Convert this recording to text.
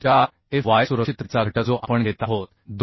4fy सुरक्षिततेचा घटक जो आपण घेत आहोत 2